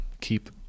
keep